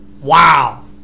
Wow